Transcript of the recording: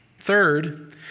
Third